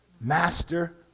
master